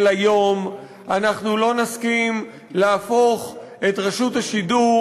היום"; אנחנו לא נסכים להפוך את רשות השידור